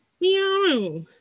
meow